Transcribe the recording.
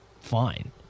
fine